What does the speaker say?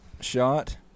Shot